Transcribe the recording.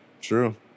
True